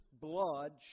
blood